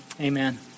Amen